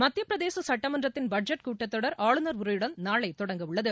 மத்திய பிரதேச சட்டமன்றத்தின பட்ஜெட் கட்டத்தொடர் ஆளுநர் உரையுடன் நாளை தொடங்க உள்ளது